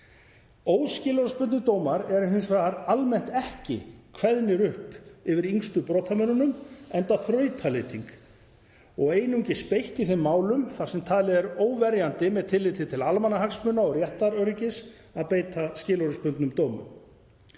Óskilorðsbundnir dómar eru hins vegar almennt ekki kveðnir upp yfir yngstu brotamönnunum, enda þrautalending, og er einungis beitt í þeim málum þar sem talið er óverjandi með tilliti til almannahagsmuna og réttaröryggis að beita skilorðsbundnum dómi.